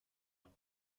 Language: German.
nach